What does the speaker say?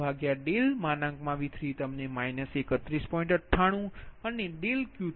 98 અને Q3V2તમને 31